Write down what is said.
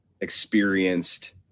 experienced